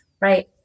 right